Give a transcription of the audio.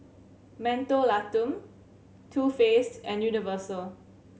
Mentholatum Too Faced and Universal